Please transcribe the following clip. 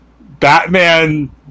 Batman